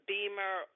Beamer